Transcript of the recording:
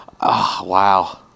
Wow